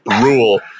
rule